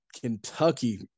Kentucky